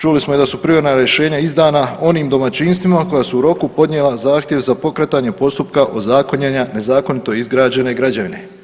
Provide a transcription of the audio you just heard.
Čuli smo i da su privremena rješenja izdana onim domaćinstvima koja su u roku podnijela zahtjev za pokretanje postupka ozakonjenja nezakonito izgrađene građevine.